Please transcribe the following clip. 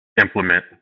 implement